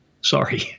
Sorry